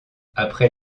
après